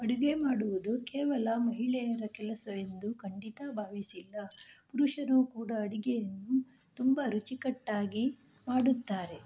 ಅಡುಗೆ ಮಾಡುವುದು ಕೇವಲ ಮಹಿಳೆಯರ ಕೆಲಸವೆಂದು ಖಂಡಿತ ಭಾವಿಸಿಲ್ಲ ಪುರುಷರೂ ಕೂಡ ಅಡಿಗೆಯನ್ನು ತುಂಬ ರುಚಿಕಟ್ಟಾಗಿ ಮಾಡುತ್ತಾರೆ